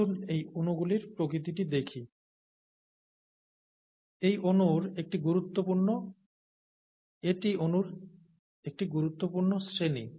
আসুন এই অণুর প্রকৃতিটি দেখি এটি অণুর একটি গুরুত্বপূর্ণ শ্রেণি